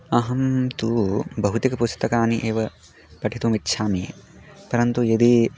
अहं तु भौतिकपुस्तकानि एव पठितुमिच्छामि परन्तु यदि